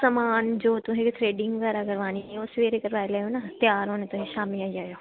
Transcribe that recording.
समान जो तुसें थ्रेडिंग बगैरा करवानी ऐ सबैह्रे करवाई लैयो ना त्यार होने ताहीं शामीं आई जायो